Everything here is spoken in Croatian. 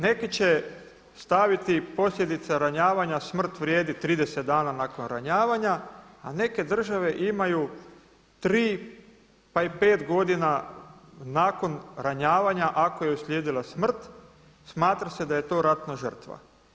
Neki će staviti posljedice ranjavanja, smrt vrijedi 30 dana nakon ranjavanja a neke države imaju 3 pa i 5 godina nakon ranjavanja ako je uslijedila smrt, smatra se da je to ratna žrtva.